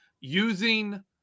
using